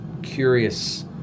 curious